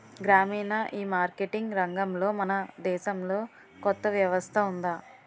గ్రామీణ ఈమార్కెటింగ్ రంగంలో మన దేశంలో కొత్త వ్యవస్థ ఉందా?